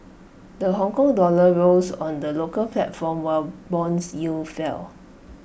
the Hongkong dollar rose on the local platform while Bond yields fell